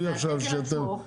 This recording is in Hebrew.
עזבי עכשיו שאתם,